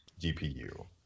GPU